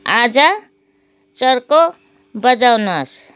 अझ चर्को बजाउनुहोस्